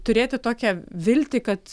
turėti tokią viltį kad